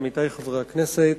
עמיתי חברי הכנסת,